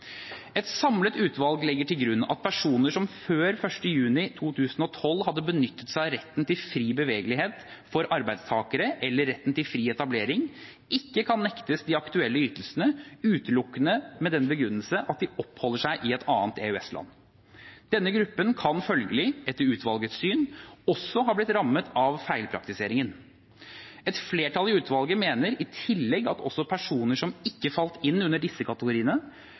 Et samlet utvalg legger til grunn at personer som før 1. juni 2012 hadde benyttet seg av retten til fri bevegelighet for arbeidstakere eller retten til fri etablering, ikke kan nektes de aktuelle ytelsene utelukkende med den begrunnelse at de oppholdt seg i et annet EØS-land. Denne gruppen kan følgelig, etter utvalgets syn, også ha blitt rammet av feilpraktiseringen. Et flertall i utvalget mener i tillegg at også personer som ikke falt inn under disse kategoriene,